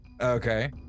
Okay